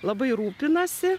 labai rūpinasi